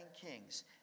Kings